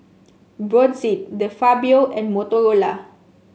Brotzeit De Fabio and Motorola